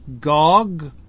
Gog